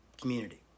community